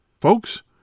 Folks